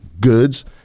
goods